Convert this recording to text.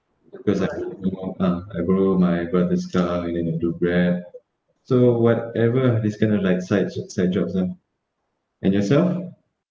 because I have no car I borrow my brother's car and then I do Grab so whatever this gonna like side side job ah and yourself